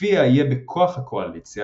לפיה יהיה בכוח הקואליציה,